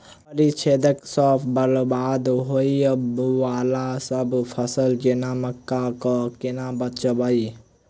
फली छेदक सँ बरबाद होबय वलासभ फसल जेना मक्का कऽ केना बचयब?